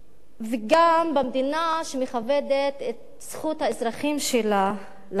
גם במדינה שמכבדת את זכות האזרחים שלה לדעת,